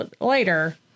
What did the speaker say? later